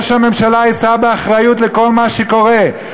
ראש הממשלה יישא באחריות לכל מה שקורה.